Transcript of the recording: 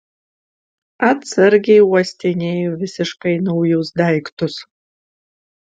atsargiai uostinėju visiškai naujus daiktus